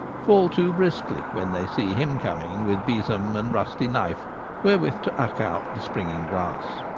fall to briskly when they see him coming with besom and rusty knife wherewith to uck out the springing grass.